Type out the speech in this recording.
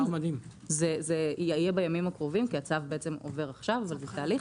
זה יתחיל בימים הקרובים כי הצו עובר עכשיו וזה תהליך,